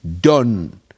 done